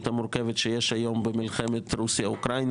המורכבת שיש היום במלחמת רוסיה-אוקראינה